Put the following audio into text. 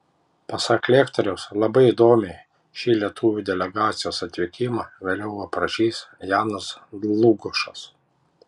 pasak lektoriaus labai įdomiai šį lietuvių delegacijos atvykimą vėliau aprašys janas dlugošas